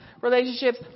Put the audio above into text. relationships